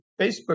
Facebook